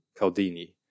Caldini